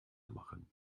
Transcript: machen